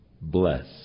bless